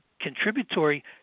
contributory